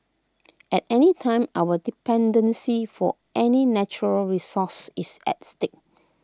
at any time our dependency for any natural resource is at stake